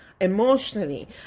emotionally